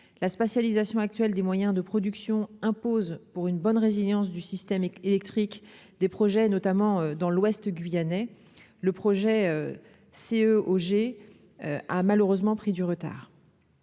la spatialisation actuel des moyens de production impose pour une bonne résilience du système électrique des projets, notamment dans l'ouest guyanais, le projet si E G a malheureusement pris du retard.